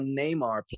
Neymar